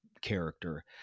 character